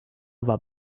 war